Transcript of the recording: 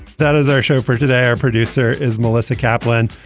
that is our show for today. our producer is melissa kaplan.